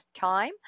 time